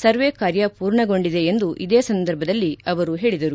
ಸರ್ವೇ ಕಾರ್ಯ ಪೂರ್ಣಗೊಂಡಿದೆ ಎಂದು ಇದೇ ಸಂದರ್ಭದಲ್ಲಿ ಅವರು ಹೇಳದರು